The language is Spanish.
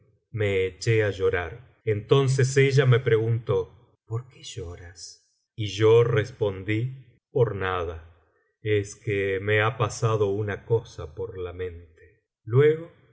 me eché á llorar entonces ella me preguntó por qué lloras y yo respondí por nada es que me ha pasado una cosa por la mente luego